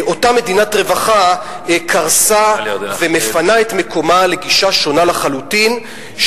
אותה מדינת רווחה קרסה ומפנה את מקומה לגישה שונה לחלוטין,